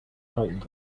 tightened